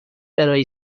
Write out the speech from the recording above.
برای